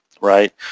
right